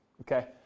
okay